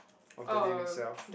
of the name itself